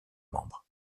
membres